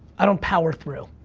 i don't power through.